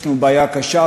יש לנו בעיה קשה,